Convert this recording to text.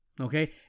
Okay